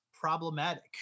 problematic